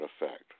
effect